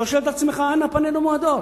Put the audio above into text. אתה שואל את עצמך: אנה פנינו מועדות?